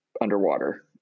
underwater